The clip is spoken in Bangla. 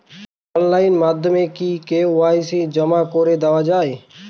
অনলাইন মাধ্যমে কি কে.ওয়াই.সি জমা করে দেওয়া য়ায়?